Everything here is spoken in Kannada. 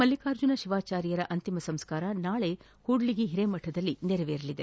ಮಲ್ಲಿಕಾರ್ಜುನ ಶಿವಾಚಾರ್ಯರ ಅಂತಿಮ ಸಂಸ್ಕಾರ ನಾಳೆ ಕೂಡ್ಲಿಗಿ ಹಿರೇಮಠದಲ್ಲಿ ನೆರವೇರಲಿದೆ